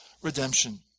redemption